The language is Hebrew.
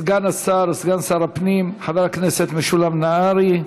סגן שר הפנים, חבר הכנסת משולם נהרי.